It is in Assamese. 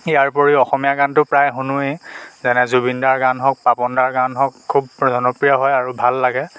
ইয়াৰ উপৰিও অসমীয়া গানটো প্ৰায় শুনোয়ে যেনে জুবিন দাৰ গান হওক পাপন দাৰ গান হওক খুউব জনপ্ৰিয় হয় আৰু ভাল লাগে